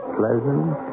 pleasant